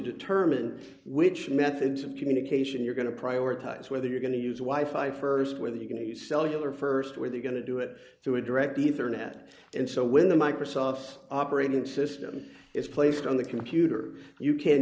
determine which methods of communication you're going to prioritize whether you're going to use why five st whether you can or you cellular st where they're going to do it through a direct ether net and so when the microsoft's operating system is placed on the computer you can